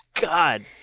God